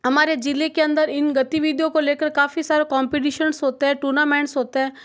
हमारे ज़िले के अंदर इन गतिविधियों को लेकर काफ़ी सारे कम्पटीशन्स होते हैं टूर्नामेंट होते हैं